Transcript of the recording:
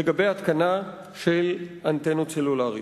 לגבי התקנה של אנטנות סלולריות.